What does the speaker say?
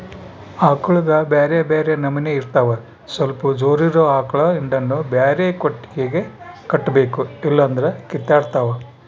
ಆಕಳುಗ ಬ್ಯೆರೆ ಬ್ಯೆರೆ ನಮನೆ ಇರ್ತವ ಸ್ವಲ್ಪ ಜೋರಿರೊ ಆಕಳ ಹಿಂಡನ್ನು ಬ್ಯಾರೆ ಕೊಟ್ಟಿಗೆಗ ಕಟ್ಟಬೇಕು ಇಲ್ಲಂದ್ರ ಕಿತ್ತಾಡ್ತಾವ